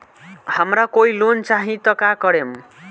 हमरा कोई लोन चाही त का करेम?